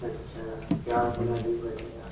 अच्छा क्या उसमें बिल बैठेगा